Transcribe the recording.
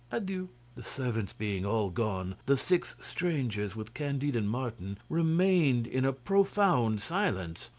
adieu. the servants being all gone, the six strangers, with candide and martin, remained in a profound silence.